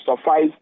suffice